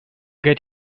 get